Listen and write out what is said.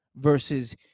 Versus